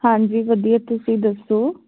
ਹਾਂਜੀ ਵਧੀਆ ਤੁਸੀਂ ਦੱਸੋ